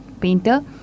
painter